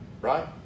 right